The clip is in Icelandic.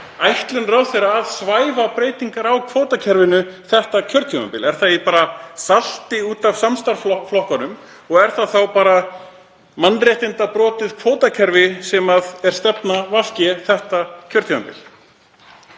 ætlun ráðherra að svæfa breytingar á kvótakerfinu þetta kjörtímabil? Eru þær bara í salti út af samstarfsflokkunum? Og er það þá bara mannréttindabrotið kvótakerfi sem er stefna VG þetta kjörtímabil?